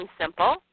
simple